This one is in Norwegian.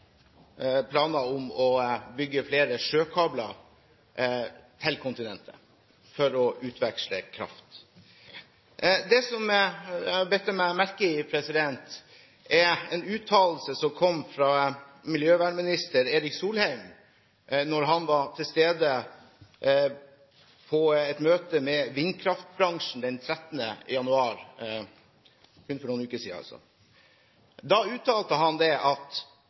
planer om å bygge flere sjøkabler til kontinentet for å utveksle kraft. Det som jeg har bitt meg merke i, er en uttalelse som kom fra miljøvernminister Erik Solheim, da han var til stede på et møte med vindkraftbransjen den 13. januar – kun for noen uker siden. Da uttalte han at flere utenlandskabler er bra fordi det